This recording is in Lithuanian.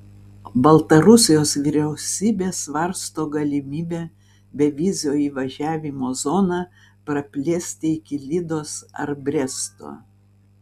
baltarusijos vyriausybė svarsto galimybę bevizio įvažiavimo zoną praplėsti iki lydos ar bresto